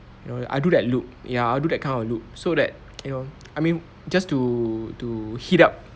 you know I do that loop ya I'll do that kind of loop so that you know I mean just to to heat up